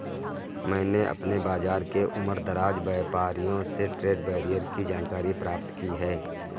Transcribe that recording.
मैंने अपने बाज़ार के उमरदराज व्यापारियों से ट्रेड बैरियर की जानकारी प्राप्त की है